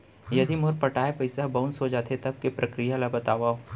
यदि मोर पटाय पइसा ह बाउंस हो जाथे, तब के प्रक्रिया ला बतावव